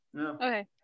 Okay